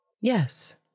Yes